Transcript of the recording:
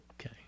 Okay